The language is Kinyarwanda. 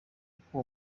uko